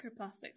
Microplastics